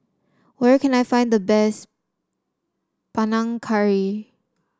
where can I find the best Panang Curry